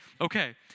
Okay